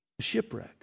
shipwreck